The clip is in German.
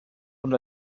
und